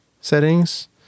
settings